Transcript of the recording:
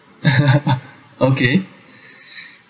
okay